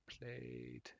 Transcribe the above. played